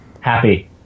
happy